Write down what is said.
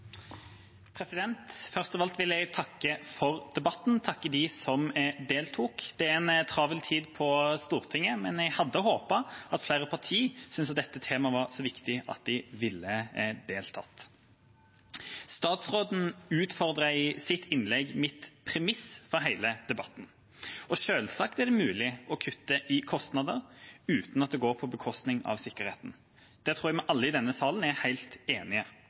er en travel tid på Stortinget, men jeg hadde håpet at flere partier syntes dette temaet var så viktig at de ville deltatt. Statsråden utfordret i sitt innlegg mitt premiss for hele debatten. Selvsagt er det mulig å kutte i kostnader uten at det går på bekostning av sikkerheten. Det tror jeg alle i denne salen er helt enige